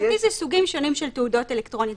בכרטיס יש סוגים שונים של תעודות אלקטרוניות.